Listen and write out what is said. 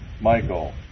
Michael